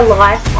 life